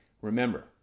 Remember